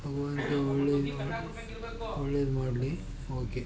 ಭಗವಂತ ಒಳ್ಳೇದು ಒಳ್ಳೇದು ಮಾಡಲಿ ಓಕೆ